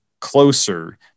closer